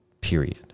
Period